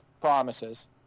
promises